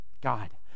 God